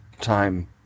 time